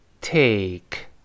take